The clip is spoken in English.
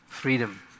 Freedom